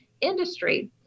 industry